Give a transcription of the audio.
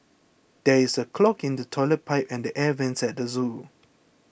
there is a clog in the Toilet Pipe and the Air Vents at the zoo